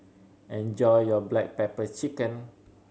enjoy your black pepper chicken